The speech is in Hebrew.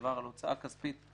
להוצאה כספית.